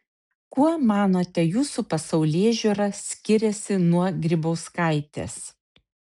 kuo manote jūsų pasaulėžiūra skiriasi nuo grybauskaitės